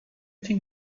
think